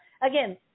again